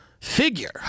figure